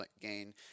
gain